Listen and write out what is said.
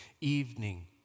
Evening